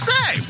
Say